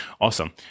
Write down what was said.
Awesome